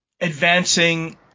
advancing